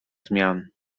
zmian